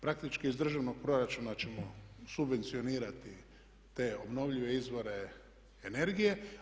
Praktički iz državnog proračuna ćemo subvencionirati te obnovljive izvore energije.